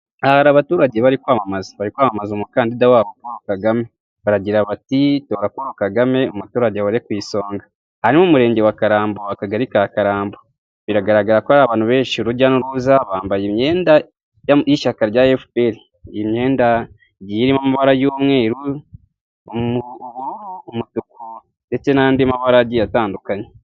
Aha hari abaturage bari kwamaza, bari kwamamaza umukandida wabo Paul Kagame. Baragira bati tora Paul Kagame umuturage ahore ku isonga. Aha ni mu murenge wa Karambo Akagari ka Karambo. Biragaragara ko hari abantu benshi urujyaza n'uruza, bambaye imyenda y'ishyaka rya fpr, iyi myenda igiye irimo amabara y'umweru, ubururu, umutuku ndetse n'andi mabara agiye atandukanye.